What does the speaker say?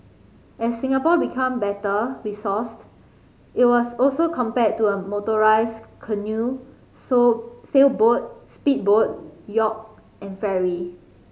as Singapore became better resourced it was also compared to a motorized canoe so sailboat speedboat yacht and ferry